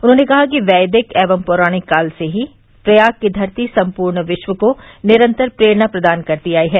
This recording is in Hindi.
उन्होंने कहा वैदिक एवं पैराणिक काल से ही प्रयाग की धरती सम्पूर्ण विश्व को निरन्तर प्रेरणा प्रदान करती आयी है